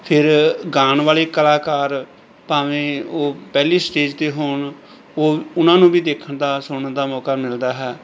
ਫਿਰ ਗਾਉਣ ਵਾਲੇ ਕਲਾਕਾਰ ਭਾਵੇਂ ਉਹ ਪਹਿਲੀ ਸਟੇਜ 'ਤੇ ਹੋਣ ਉਹ ਉਹਨਾਂ ਨੂੰ ਵੀ ਦੇਖਣ ਦਾ ਸੁਣਨ ਦਾ ਮੌਕਾ ਮਿਲਦਾ ਹੈ